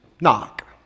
knock